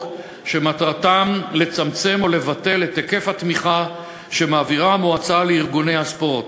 שמטרתן לצמצם או לבטל את היקף התמיכה שמעבירה המועצה לארגוני הספורט,